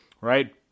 right